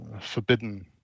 forbidden